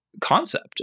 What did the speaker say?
concept